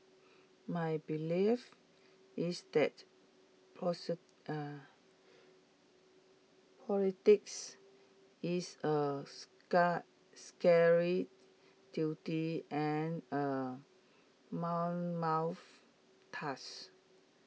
my belief is that politics is A scary duty and A mammoth task